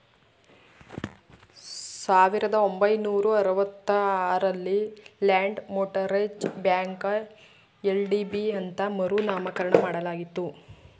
ಸಾವಿರದ ಒಂಬೈನೂರ ಅರವತ್ತ ಆರಲ್ಲಿ ಲ್ಯಾಂಡ್ ಮೋಟರೇಜ್ ಬ್ಯಾಂಕ ಎಲ್.ಡಿ.ಬಿ ಅಂತ ಮರು ನಾಮಕರಣ ಮಾಡಲಾಯಿತು